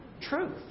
truth